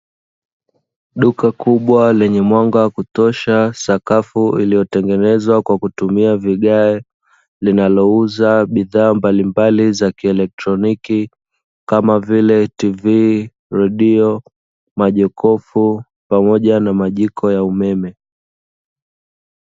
Duka kubwa lenye mwanga wa kutosha, sakafu iliyotengenezwa kwa kutumia vigae, linalouza bidhaa mbalimbali za kielektroniki, kama vile: "tv", redio, majokofu pamoja na majiko ya umeme.